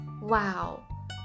wow